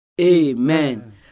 Amen